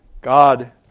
God